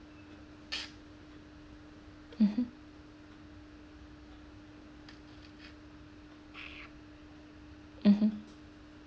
mmhmm mmhmm